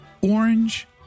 orange